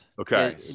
Okay